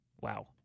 Wow